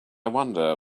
wonder